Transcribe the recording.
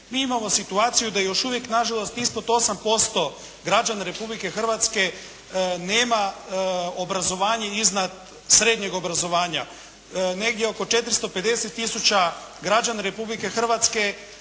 Mi imamo situaciju da još uvijek na žalost ispod 8% građana Republike Hrvatske nema obrazovanje iznad srednjeg obrazovanja. Negdje oko 450 000 građana Republike Hrvatske